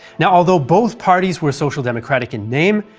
yeah though both parties were social democratic in name,